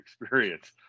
experience